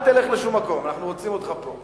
אנחנו רוצים אותך פה.